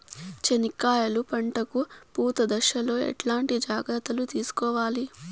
చెనక్కాయలు పంట కు పూత దశలో ఎట్లాంటి జాగ్రత్తలు తీసుకోవాలి?